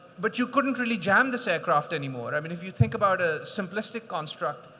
but you couldn't really jam this aircraft anymore. i mean, if you think about a simplistic construct,